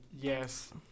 Yes